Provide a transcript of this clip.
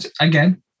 Again